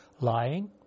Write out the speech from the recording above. Lying